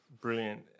Brilliant